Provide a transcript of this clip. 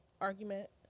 argument